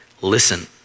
Listen